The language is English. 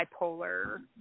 bipolar